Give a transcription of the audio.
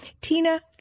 Tina